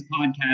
podcast